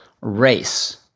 race